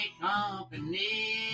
company